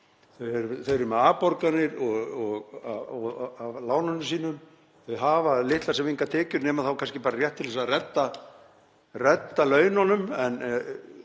þau eru með afborganir af lánunum sínum. Þau hafa litlar sem engar tekjur nema þá kannski bara rétt til að redda laununum en